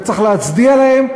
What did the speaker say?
וצריך להצדיע להם,